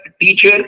teacher